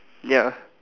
ya